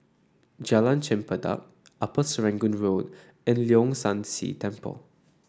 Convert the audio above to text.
Jalan Chempedak Upper Serangoon Road and Leong San See Temple